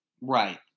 Right